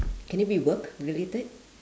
can it be work related